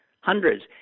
hundreds